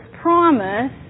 promise